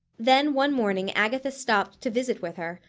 then one morning agatha stopped to visit with her,